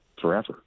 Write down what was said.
forever